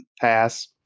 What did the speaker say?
Pass